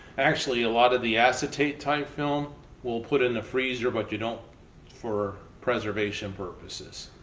actually, a lot of the acetate type film we'll put in the freezer but you know for preservation purposes.